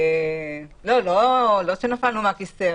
לא שנפלנו מהכיסא,